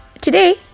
today